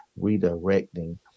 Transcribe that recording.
redirecting